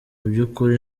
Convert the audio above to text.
by’ukuri